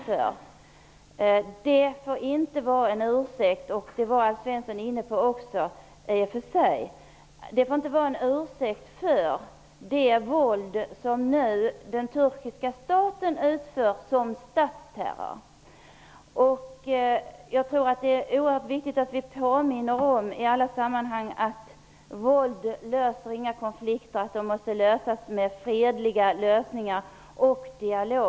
Men det får inte vara en ursäkt, vilket också Alf Svensson var inne på, för det våld som den turkiska staten utövar som statsterror. Det är oerhört viktigt att vi i alla sammanhang påminner om att våld inte löser några konflikter. De måste lösas med fredliga medel och dialog.